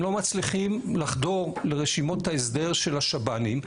לא מצליחים לחדור לרשימות ההסדר של השב"נים,